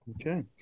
Okay